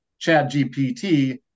ChatGPT